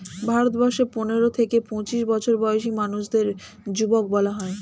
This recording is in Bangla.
ভারতবর্ষে পনেরো থেকে পঁচিশ বছর বয়সী মানুষদের যুবক বলা হয়